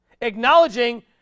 Acknowledging